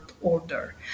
order